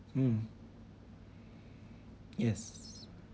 mm yes